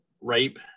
rape